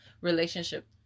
relationship